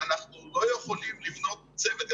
אנחנו לא יכולים לבנות צוות.